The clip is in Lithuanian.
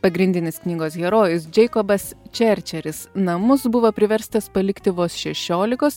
pagrindinis knygos herojus džeikobas čerčeris namus buvo priverstas palikti vos šešiolikos